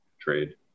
trade